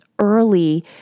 early